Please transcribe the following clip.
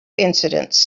incidents